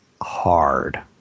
hard